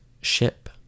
ship